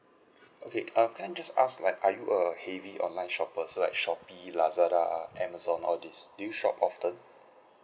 okay err can I just ask like are you a heavy online shopper such like Shopee Lazada Amazon all these do you shopped often